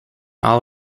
all